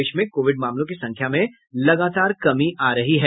देश में कोविड मामलों की संख्या में लगातार कमी आ रही है